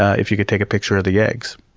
if you could take a picture of the eggs.